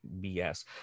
BS